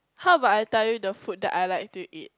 how about I tell you the food that I like to eat